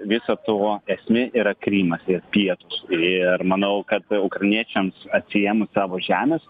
viso to esmė yra krymas ir pietūs ir manau kad ukrainiečiams atsiėmus savo žemes